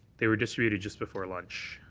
they were distributed just before lunch.